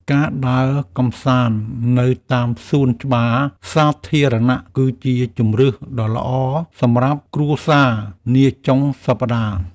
ការដើរកម្សាន្តនៅតាមសួនច្បារសាធារណៈ គឺជាជម្រើសដ៏ល្អសម្រាប់គ្រួសារនាចុងសប្តាហ៍។